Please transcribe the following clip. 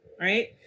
right